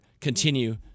continue